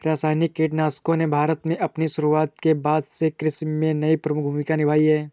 रासायनिक कीटनाशकों ने भारत में अपनी शुरूआत के बाद से कृषि में एक प्रमुख भूमिका निभाई हैं